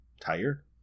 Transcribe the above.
tired